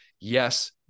yes